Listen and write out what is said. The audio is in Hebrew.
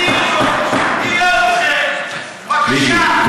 אז תגישו הצעת חוק, רגע, רגע.